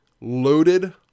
loaded